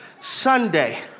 Sunday